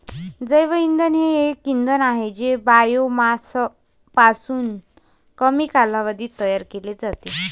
जैवइंधन हे एक इंधन आहे जे बायोमासपासून कमी कालावधीत तयार केले जाते